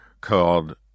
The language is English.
called